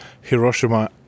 Hiroshima